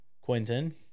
Quentin